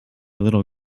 little